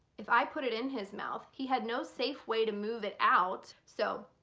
if i put it in his mouth he had no safe way to move it out. so